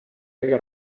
kõige